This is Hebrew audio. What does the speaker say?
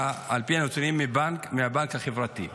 על פי הנתונים מהבנק החברתי.